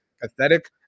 pathetic